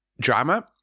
drama